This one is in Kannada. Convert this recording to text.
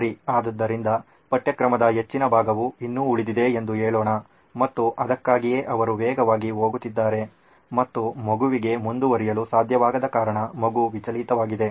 ಆದ್ದರಿಂದ ಪಠ್ಯಕ್ರಮದ ಹೆಚ್ಚಿನ ಭಾಗವು ಇನ್ನೂ ಉಳಿದಿದೆ ಎಂದು ಹೇಳೋಣ ಮತ್ತು ಅದಕ್ಕಾಗಿಯೇ ಅವರು ವೇಗವಾಗಿ ಹೋಗುತ್ತಿದ್ದಾರೆ ಮತ್ತು ಮಗುವಿಗೆ ಮುಂದುವರಿಯಲು ಸಾಧ್ಯವಾಗದ ಕಾರಣ ಮಗು ವಿಚಲಿತವಾಗಿದೆ